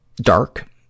dark